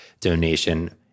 donation